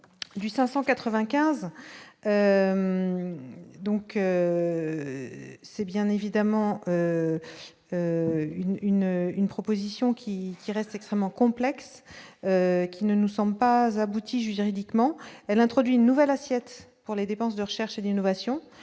Donc, c'est bien évidemment une une une proposition qui qui reste extrêmement complexe. Il ne nous sommes pas abouti, juridiquement, elle introduit une nouvelle assiette pour les dépenses de recherche et l'innovation